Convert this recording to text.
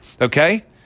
Okay